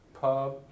pub